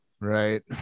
Right